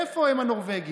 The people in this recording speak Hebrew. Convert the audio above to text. איפה הם הנורבגים?